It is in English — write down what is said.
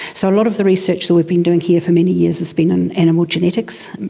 so a lot of the research that we've been doing here for many years has been in animal genetics,